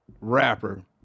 rapper